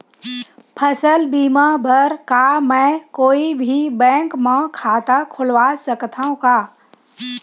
फसल बीमा बर का मैं कोई भी बैंक म खाता खोलवा सकथन का?